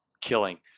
killing